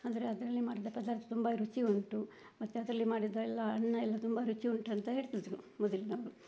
ಅಂದರೆ ಅದರಲ್ಲಿ ಮಾಡಿದ ಪದಾರ್ತ ತುಂಬ ರುಚಿ ಉಂಟು ಮತ್ತೆ ಅದರಲ್ಲಿ ಮಾಡಿದ ಎಲ್ಲ ಅನ್ನ ಎಲ್ಲ ತುಂಬ ರುಚಿ ಉಂಟಂತ ಹೇಳ್ತಿದ್ರು ಮೊದಲಿನವರು